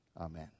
Amen